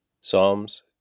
Psalms